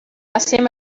assieme